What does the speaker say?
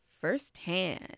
firsthand